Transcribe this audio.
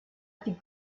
die